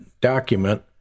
document